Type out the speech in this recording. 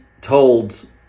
told